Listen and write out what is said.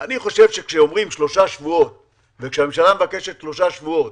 אני חושב שכאשר הממשלה מבקשת שלושה שבועות